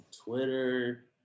Twitter